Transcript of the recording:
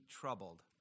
troubled